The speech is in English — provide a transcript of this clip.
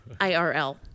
IRL